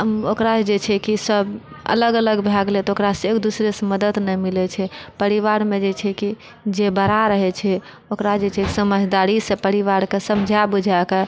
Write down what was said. ओकरा जे छै कि सभ अलग अलग भए गेलै तऽ ओकरा एक दूसरेसँ मदद नहि मिलैत छै परिवारमे जे छै कि जे बड़ा रहैत छै ओकरा जे छै समझदारीसँ परिवारके समझा बुझा कऽ